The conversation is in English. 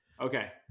Okay